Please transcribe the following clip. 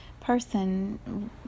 person